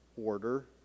order